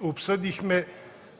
обсъдихме